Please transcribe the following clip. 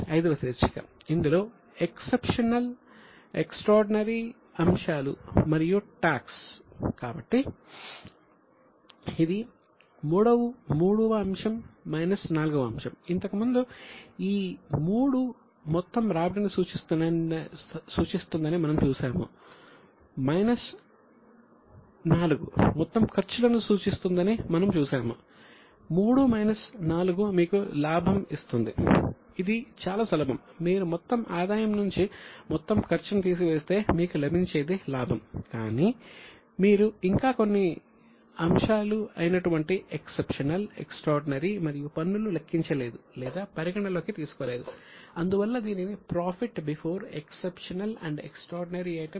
V వ శీర్షిక ఇందులో ఎక్సెప్షనల్ అని పిలుస్తారు